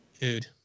dude